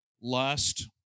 Lust